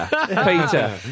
Peter